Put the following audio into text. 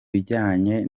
bijyanye